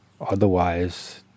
otherwise